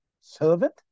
Servant